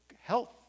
health